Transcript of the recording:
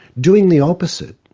doing the opposite,